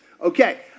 Okay